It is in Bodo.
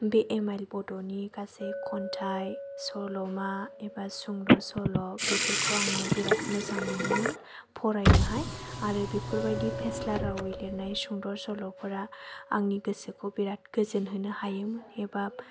बे एम आइ एल बड'नि गासै खन्थाय सल'मा एबा सुंद' सल' बेफोरखौ आङो बिराद मोजां मोनोमोन फारायनोहाय आरो बेफोरबायदि फेस्ला रावै लिरनाय सुंद' सल'फोरा आंनि गोसोखौ बिराद गोजोन होनो हायोमोन एबा